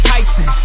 Tyson